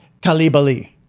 Kalibali